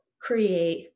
create